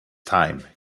time